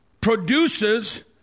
produces